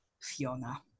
Fiona